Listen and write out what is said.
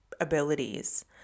abilities